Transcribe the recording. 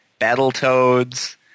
Battletoads